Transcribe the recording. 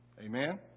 Amen